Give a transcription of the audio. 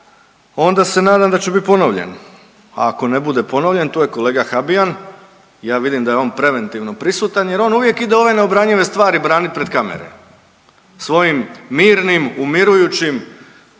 onda se nadam da će biti ponovljen, a ako ne bude ponovljen tu je kolega Habijan ja vidim da je on preventivno prisutan jer on uvijek ide ove neobranjive stvari branit pred kamere svojim mirnim, umirujućim,